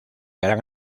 gran